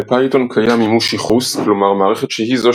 לפייתון קיים "מימוש־ייחוס" כלומר מערכת שהיא זו